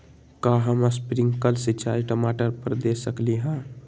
का हम स्प्रिंकल सिंचाई टमाटर पर दे सकली ह?